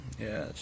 Yes